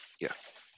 yes